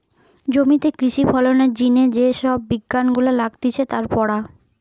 জমিতে কৃষি ফলনের জিনে যে সব বিজ্ঞান গুলা লাগতিছে তার পড়া